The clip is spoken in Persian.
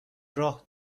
راه